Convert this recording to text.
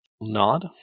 Nod